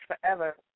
forever